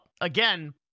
again